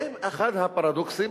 זה אחד הפרדוקסים